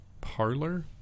Parlor